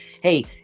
hey